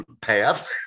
path